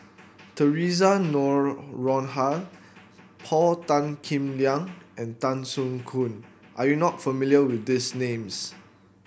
Theresa Noronha Paul Tan Kim Liang and Tan Soo Khoon are you not familiar with these names